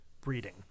breeding